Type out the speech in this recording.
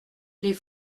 les